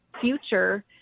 future